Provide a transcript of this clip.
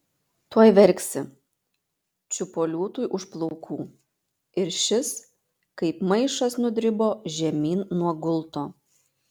tuoj verksi čiupo liūtui už plaukų ir šis kaip maišas nudribo žemyn nuo gulto